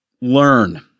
Learn